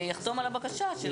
יחתום על הבקשה.